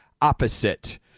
opposite